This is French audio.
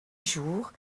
jour